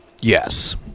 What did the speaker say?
yes